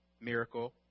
miracle